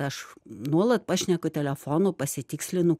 aš nuolat pašneku telefonu pasitikslinu